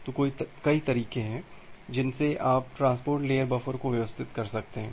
तो कई तरीके हैं जिनसे आप ट्रांसपोर्ट लेयर बफर को व्यवस्थित कर सकते हैं